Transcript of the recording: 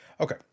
Okay